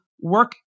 work